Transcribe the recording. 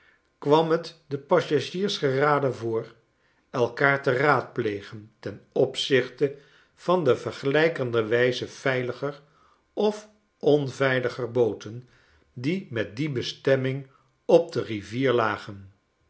kwam het den passagiers geraden voor elkaar te raadplegen ten opzichte van de vergelijkerderwijze veiliger of onveiliger booten die met die bestemming op de rivier lagen